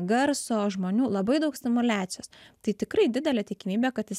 garso žmonių labai daug stimuliacijos tai tikrai didelė tikimybė kad jis